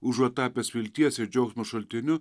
užuot tapęs vilties ir džiaugsmo šaltiniu